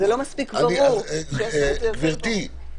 גברתי,